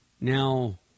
Now